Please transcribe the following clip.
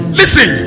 listen